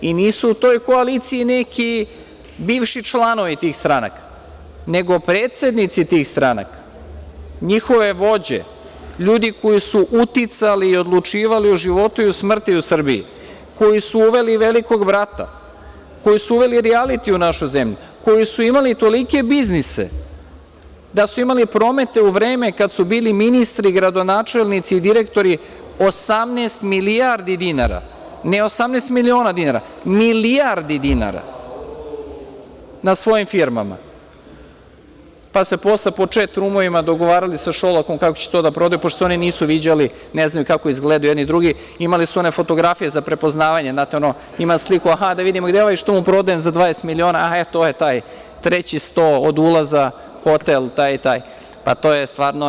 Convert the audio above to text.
Nisu u toj koaliciji neki bivši članovi tih stranaka, nego predsednici tih stranaka, njihove vođe, ljudi koji su uticali i odlučivali o životu i o smrti u Srbiji, koji su uveli „Velikog brata“, koji su uveli rijaliti u našu zemlju, koji su imali tolike biznise da su imali promete u vreme kada su bili ministri, gradonačelnici i direktori 18 milijardi dinara, ne 18 miliona dinara, milijardi dinara na svojim firmama, pa se posle po čet rumovima dogovarali sa Šolakom kako će to da prodaju, pošto se oni nisu viđali, ne znaju kako izgledaju jedni i drugi, imali su one fotografije za prepoznavanje, znate ono – ima sliku, aha, da vidimo i delo i što mu prodajem za 20 miliona, e, to je taj, treći sto od ulaza, hotel taj i taj.